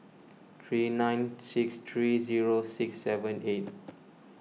three nine six three zero six seven eight